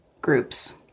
groups